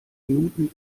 minuten